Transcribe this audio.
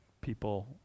people